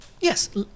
Yes